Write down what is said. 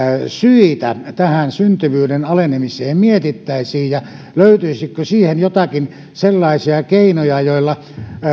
syitä tähän syntyvyyden alenemiseen mietittäisiin ja löytyisikö siihen joitakin sellaisia keinoja joilla